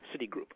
Citigroup